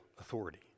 authority